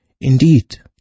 indeed